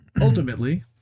Ultimately